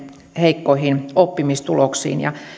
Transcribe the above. heikkoihin oppimistuloksiin